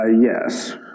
Yes